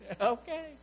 okay